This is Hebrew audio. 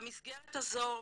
במסגרת הזו,